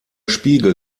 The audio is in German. spiegel